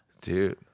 Dude